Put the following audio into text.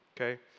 Okay